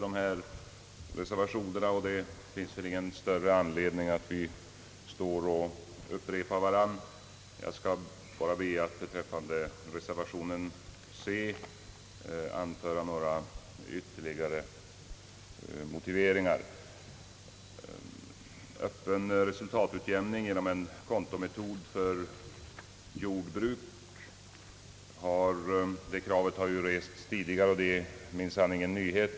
Det finns därför ingen anledning för mig att upprepa dessa, utan jag skall bara be att få anföra ytterligare några motiveringar beträffande reservation C. Resultatutjämning genom en kontometod för jordbruk är ett krav som har rests tidigare; det är alltså ingen nyhet.